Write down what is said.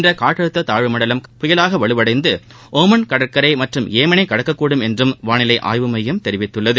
இந்த காற்றழுத்த தாழ்வு மண்டலம் புயலாக வலுவடைந்து ஒமன் கடற்கரை மற்றும் ஏமனை கடக்க கூடும் என்றும் வானிலை ஆய்வு மையம் தெரிவித்துள்ளது